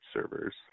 servers